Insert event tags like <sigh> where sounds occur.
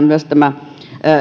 <unintelligible> myös tämä